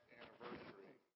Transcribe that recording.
anniversary